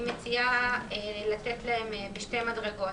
היא מציעה לתת להם בשתי מדרגות.